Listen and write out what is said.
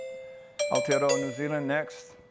aotearoa, new zealand, next.